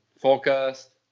forecast